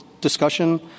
discussion